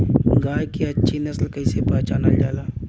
गाय के अच्छी नस्ल कइसे पहचानल जाला?